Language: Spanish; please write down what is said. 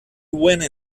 buena